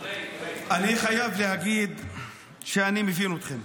אני חייב להגיד שאני מבין אתכם.